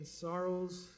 sorrows